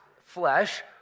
flesh